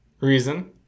Reason